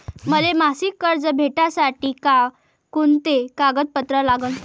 मले मासिक कर्ज भेटासाठी का कुंते कागदपत्र लागन?